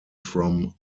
from